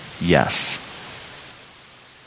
yes